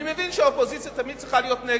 אני מבין שהאופוזיציה תמיד צריכה להיות נגד.